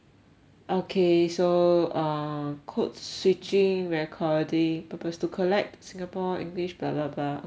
okay so uh code switching recording purpose to collect singapore english blah blah blah okay ya ya ya